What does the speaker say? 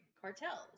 cartels